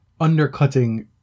undercutting